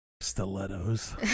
Stilettos